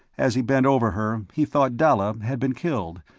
as he bent over her, he thought dalla had been killed,